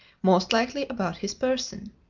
most likely about his person.